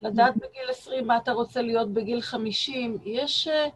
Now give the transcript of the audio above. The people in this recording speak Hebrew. לדעת בגיל 20 מה אתה רוצה להיות בגיל 50, יש...